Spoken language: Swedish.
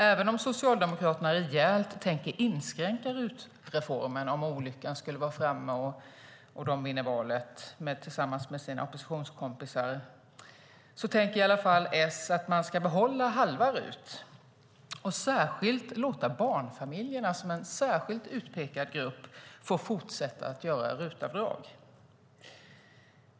Även om Socialdemokraterna - om olyckan skulle vara framme och de vinner valet tillsammans med sina oppositionskompisar - tänker inskränka RUT-reformen rejält kommer de i alla fall att behålla halva RUT och låta barnfamiljerna som en särskilt utpekad grupp fortsätta att göra RUT-avdrag.